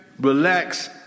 relax